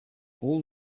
all